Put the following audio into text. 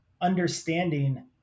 understanding